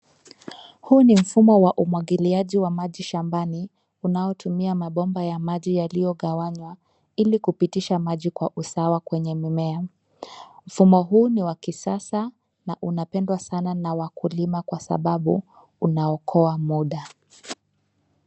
Huu ni mfumo wa umwagiliaji wa maji shambani unaotumia mabomba ya maji yaliyogawanywa ili kupitisha maji kwa usawa kwenye mimea. Mfumo huu ni wa kisasa na unapendwa sana na wakulima kwasababu unaokoa muda.